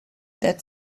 that